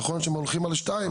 נכון שהם הולכים על שתיים,